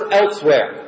elsewhere